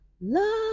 Love